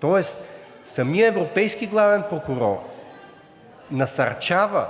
Тоест самият европейски главен прокурор насърчава